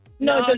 No